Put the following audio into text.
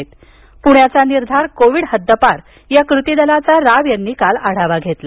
प्ण्याचा निर्धार कोविड हद्दपार कृती दलाचा राव यांनी काल आढावा घेतला